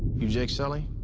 you jake scully,